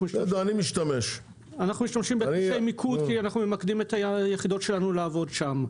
אנחנו משתמשים בכבישי מיקוד כי אנחנו ממקדים את היחידות שלנו לעבוד שם.